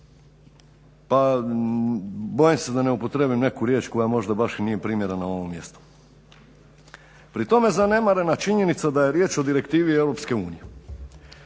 pa bojim se da ne upotrijebim neku riječ koja možda baš i nije primjerena ovom mjestu. Pri tome je zanemarena činjenica da je riječ o direktivi EU.